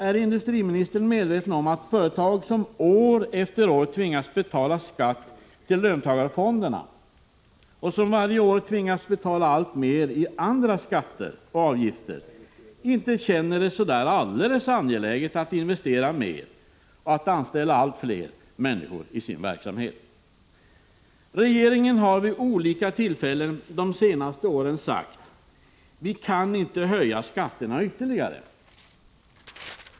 Är industriministern medveten om att företag, som år efter år tvingas betala skatt till löntagarfonderna och som varje år tvingas betala alltmer i andra skatter och avgifter, inte känner det som helt angeläget att investera mer och att anställa allt fler människor i sin verksamhet? Regeringen har vid olika tillfällen de senaste åren sagt: Vi kan inte höja skatterna ytterligare.